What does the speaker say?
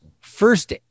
first